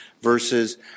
versus